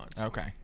Okay